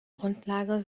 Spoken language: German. grundlage